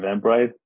Eventbrite